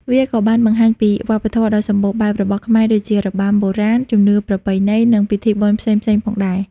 វាក៏បានបង្ហាញពី វប្បធម៌ដ៏សម្បូរបែប របស់ខ្មែរដូចជា របាំបុរាណ ជំនឿប្រពៃណី និងពិធីបុណ្យផ្សេងៗផងដែរ។